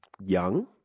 young